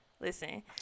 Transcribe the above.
listen